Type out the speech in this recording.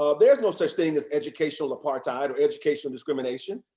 um there's no such thing as educational apartheid or educational discrimination.